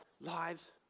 lives